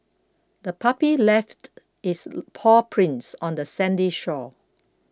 the puppy left its paw prints on the sandy shore